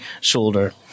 shoulder